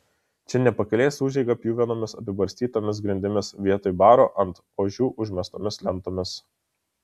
čia ne pakelės užeiga pjuvenomis apibarstytomis grindimis vietoj baro ant ožių užmestomis lentomis